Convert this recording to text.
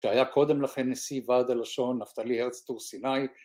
‫שהיה קודם לכן נשיא ועד הלשון, נפתלי הרץ טור־סיני.